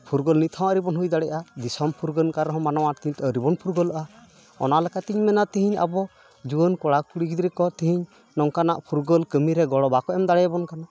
ᱯᱷᱩᱨᱜᱟᱹᱞ ᱱᱤᱛ ᱦᱚᱸ ᱟᱹᱣᱨᱤ ᱵᱚᱱ ᱦᱩᱭ ᱫᱟᱲᱮᱭᱟᱜᱼᱟ ᱫᱤᱥᱚᱢ ᱯᱷᱩᱨᱜᱟᱹᱞ ᱟᱠᱟᱱ ᱨᱮᱦᱚᱸ ᱠᱤᱱᱛᱩ ᱢᱟᱱᱣᱟ ᱱᱤᱛ ᱦᱚᱸ ᱟᱣᱨᱤ ᱵᱚᱱ ᱯᱷᱩᱨᱜᱟᱹᱞᱚᱜᱼᱟ ᱚᱱᱟ ᱞᱮᱠᱟᱛᱤᱧ ᱢᱮᱱᱟ ᱛᱤᱦᱤᱧ ᱟᱵᱚ ᱡᱩᱣᱟᱹᱱ ᱠᱚᱲᱟ ᱠᱩᱲᱤ ᱜᱤᱫᱽᱨᱟᱹ ᱠᱚ ᱛᱤᱦᱤᱧ ᱱᱚᱝᱠᱟᱱᱟᱜ ᱯᱷᱩᱨᱜᱟᱹᱞ ᱠᱟᱹᱢᱤ ᱨᱮ ᱜᱚᱲᱚ ᱵᱟᱠᱚ ᱮᱢ ᱫᱟᱲᱮᱭᱟᱵᱚᱱ ᱠᱟᱱᱟ